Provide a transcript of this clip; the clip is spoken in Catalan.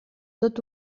tot